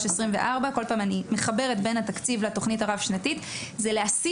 - כל פעם אני מחברת בין התקציב לתוכנית הרב-שנתית - זה להשיא